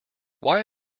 why